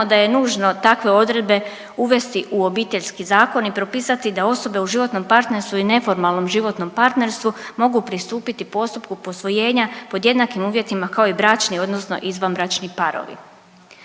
da je nužno takve odredbe uvesti u Obiteljski zakon i propisati da osobe u životnom partnerstvu i neformalnom životnom partnerstvu mogu pristupiti postupku posvojenja pod jednakim uvjetima kao i bračni odnosno izvanbračni parovi.